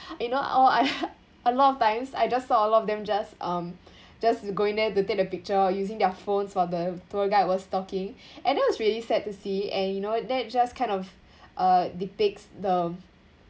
you know our I a lot of times I just saw a lot of them just um just going there to take the picture or using their phone while the tour guide was talking and that was really sad to see and you know what that just kind of uh depicts the